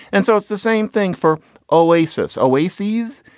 and so it's the same thing for oasis oases.